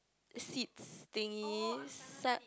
seeds thingy s~